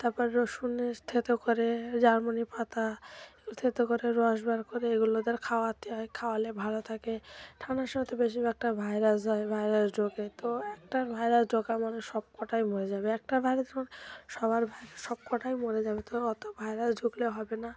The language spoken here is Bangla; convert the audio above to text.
তারপর রসুনের থেঁতো করে জার্মানি পাতা এগুলো থেঁতো করে রস বার করে এগুলো ওদের খাওয়াতে হয় খাওয়ালে ভালো থাকে ঠান্ডার সময় তো বেশিরভাগটা ভাইরাস হয় ভাইরাস ঢোকে তো একটা ভাইরাস ঢোকা মানে সবকটাই মরে যাবে একটা ভাইরাস মানে সবার ভাইরাস সবকটাই মরে যাবে তো অত ভাইরাস ঢুকলে হবে না